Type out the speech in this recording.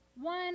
one